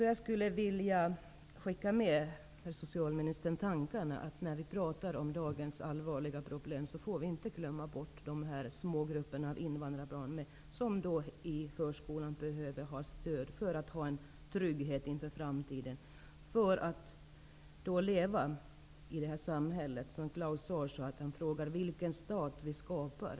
Jag vill skicka med socialministern att vi, när vi talar om dagens allvarliga problem, inte får glömma bort de här små grupperna av invandrarbarn som i förskolan behöver stöd och trygghet för att i framtiden bättre kunna leva i det här samhället. Claus Zaar sade att det kommer att frågas om vilken stat det är som vi skapar.